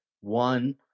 one